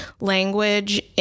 language